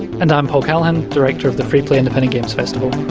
and i'm paul callaghan, director of the freeplay independent games festival.